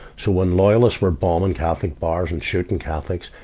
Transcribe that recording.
so when loyalists were bombing catholic bars and shooting catholics,